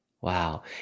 Wow